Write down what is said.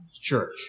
church